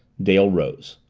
dale rose.